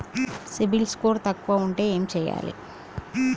CIBIL score తక్కువ ఉంటే ఏం చేయాలి?